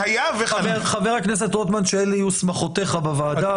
חבר הכנסת רוטמן, שאלו יהיו שמחותיך בבעיה.